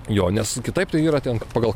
jo nes kitaip tai yra ten pagal